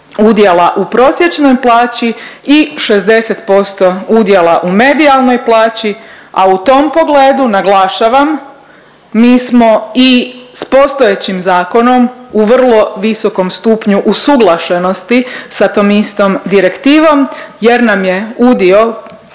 udjela u prosječnoj plaći i 60% udjela u medijalnoj plaći, a u tom pogledu naglašavam, mi smo i s postojećim zakonom u vrlo visokom stupnju usuglašenosti sa tom istom direktivom jer nam je udio